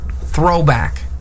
throwback